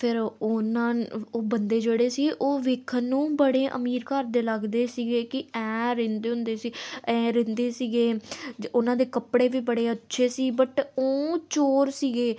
ਫਿਰ ਉਹ ਉਹਨਾਂ ਉਹ ਬੰਦੇ ਜਿਹੜੇ ਸੀ ਉਹ ਦੇਖਣ ਨੂੰ ਬੜੇ ਅਮੀਰ ਘਰ ਦੇ ਲੱਗਦੇ ਸੀਗੇ ਕਿ ਐਂ ਰਹਿੰਦੇ ਹੁੰਦੇ ਸੀ ਐਂ ਰਹਿੰਦੇ ਸੀਗੇ ਅਤੇ ਉਹਨਾਂ ਦੇ ਕੱਪੜੇ ਵੀ ਬੜੇ ਅੱਛੇ ਸੀ ਬਟ ਉਹ ਚੋਰ ਸੀਗੇ